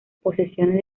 posesiones